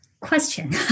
question